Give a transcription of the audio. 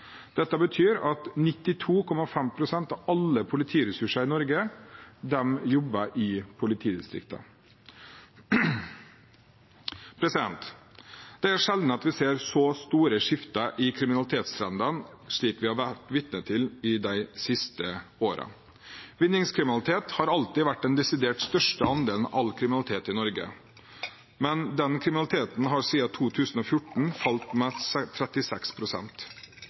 Dette betyr at 92,5 pst. av alle politiressurser i Norge jobber i politidistriktene. Det er sjelden vi ser så store skifter i kriminalitetstrendene som vi har vært vitne til i de siste årene. Vinningskriminalitet har alltid vært den desidert største andelen av all kriminalitet i Norge, men den kriminaliteten har siden 2014 falt med